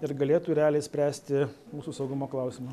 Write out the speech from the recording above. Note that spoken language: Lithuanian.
ir galėtų realiai spręsti mūsų saugumo klausimą